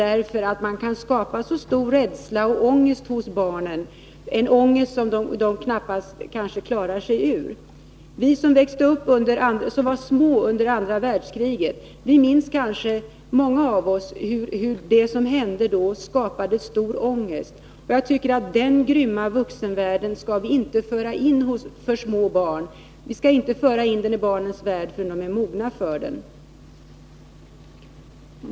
De kan nämligen skapa stor oro och rädsla hos barnen samt en ångest som de kanske inte kan komma ur. Många av oss som var små under andra världskriget minns kanske hur det som då hände skapade stor ångest hos oss. Jag tycker inte att vi skall föra in den grymma vuxenvärlden i barnens värld förrän de är mogna för den.